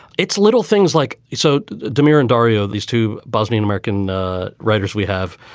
it's little things like so dimir and dario, these two bosnian american writers we have,